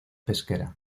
pesquera